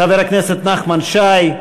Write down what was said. חבר הכנסת נחמן שי,